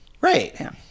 Right